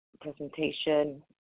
presentation